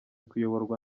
kuyoborwa